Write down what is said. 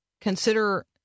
Consider